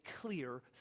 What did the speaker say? clear